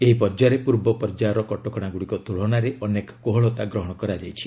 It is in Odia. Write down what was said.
ଏହି ପର୍ଯ୍ୟାୟରେ ପୂର୍ବ ପର୍ଯ୍ୟାୟର କଟକଣାଗୁଡ଼ିକ ତୁଳନାରେ ଅନେକ କୋହଳତା ଗ୍ରହଣ କରାଯାଇଛି